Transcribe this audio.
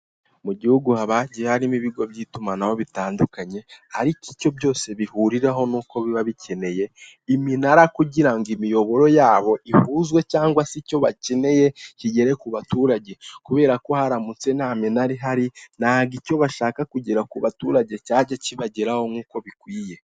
Mu igihugu haba hagiye harimo ibigo by'itumanaho bitandukanye ariko icyo byose bihuriraho ni uko biba bikeneye iminara kugira ngo imiyoboro yabyo ihuzwe cyangwa se icyo bakeneye kigere ku baturage, kubera ko haramutse nta minara ihari, ntabwo icyo bashaka kugeza ku baturage cyajya kibageraho nk'uko bikwiye.